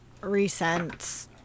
recent